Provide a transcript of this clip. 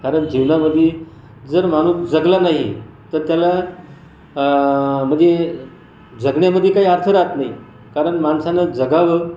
कारण जीवनामधे जर माणूस जगला नाही तर त्याला म्हणजे जगण्यामधे काही अर्थ राहत नाही कारण माणसानं जगावं